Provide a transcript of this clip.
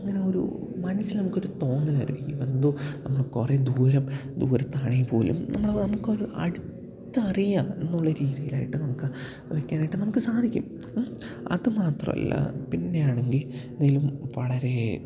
അങ്ങനെ ഒരു മനസ്സില് നമുക്കൊരു തോന്നലായിരിക്കും ഈ എന്തോ നമ്മള് കുറെ ദൂരം ദൂരത്താണെന്ന പോലെ നമ്മള് നമുക്കൊരു അടുത്തറിയാമെന്നുള്ള രീതിയിലായിട്ട് നമുക്ക് വെക്കാനായിട്ട് നമുക്ക് സാധിക്കും അതു മാത്രമല്ല പിന്നെയാണെങ്കില് എന്തെങ്കിലും വളരെ